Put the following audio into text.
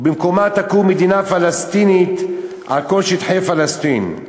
ובמקומה תקום מדינה פלסטינית על כל שטחי פלסטין.